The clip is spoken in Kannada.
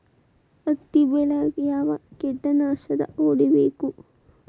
ಹತ್ತಿ ಬೆಳೇಗ್ ಯಾವ್ ಕೇಟನಾಶಕ ಹೋಡಿಬೇಕು?